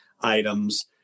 items